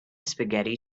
spaghetti